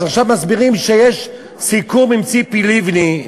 אז עכשיו מסבירים שיש סיכום עם ציפי לבני,